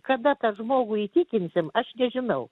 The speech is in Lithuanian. kada tą žmogų įtikinsim aš nežinau